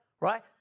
right